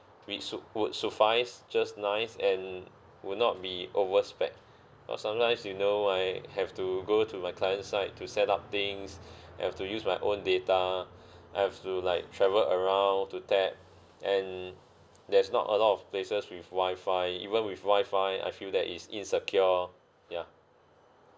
be su~ would suffice just nice and would not be over spec but sometimes you know I have to go to my client side to set up things I have to use my own data I have to like travel around to tap and there's not a lot of places with wi-fi even with wi-fi I feel that it is insecure ya